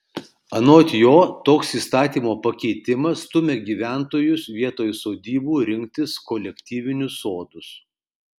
anot jo toks įstatymo pakeitimas stumia gyventojus vietoj sodybų rinktis kolektyvinius sodus